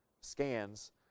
scans